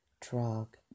drug